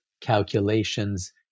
calculations